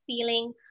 feeling